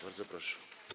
Bardzo proszę.